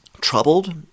troubled